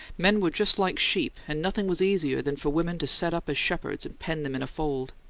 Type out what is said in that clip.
men were just like sheep, and nothing was easier than for women to set up as shepherds and pen them in a fold.